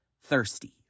thirsty